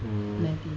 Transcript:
mmhmm